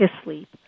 asleep